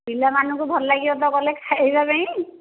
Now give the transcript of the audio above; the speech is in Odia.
ପିଲାମାନଙ୍କୁ ଭଲ ଲାଗିବ ତ କଲେ ଖାଇବା ପାଇଁ